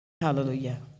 Hallelujah